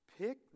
Pick